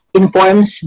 informs